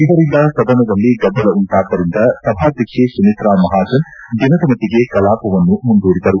ಇದರಿಂದ ಸದನದಲ್ಲಿ ಗದ್ದಲ ಉಂಟಾದ್ದರಿಂದ ಸಭಾಧ್ಯಕ್ಷೆ ಸುಮಿತ್ರ ಮಹಾಜನ್ ದಿನದ ಮಟ್ಟಗೆ ಕಲಾಪವನ್ನು ಮುಂದೂಡಿದರು